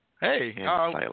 Hey